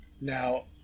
Now